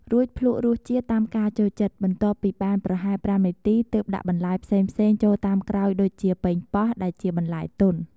រួចភ្លក្សរសជាតិតាមការចូលចិត្ត បន្ទាប់ពីបានប្រហែល៥នាទី ទើបដាក់បន្លែផ្សេងៗចូលតាមក្រោយដូចជា ប៉េងប៉ោះដែលជាបន្លែទន់។